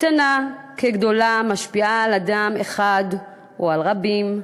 קטנה כגדולה, משפיעה על אדם אחד או על רבים.